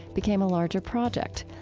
became a larger project.